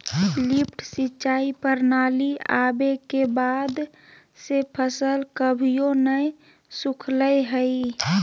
lift सिंचाई प्रणाली आवे के बाद से फसल कभियो नय सुखलय हई